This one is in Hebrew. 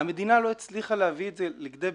המדינה לא הצליחה להביא את זה לכדי ביצוע.